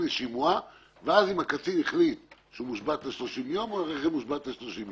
הראשון של יכול שהוא ימצא את עצמו מקבל את הרכב חזרה,